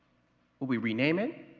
we rename it?